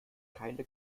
keine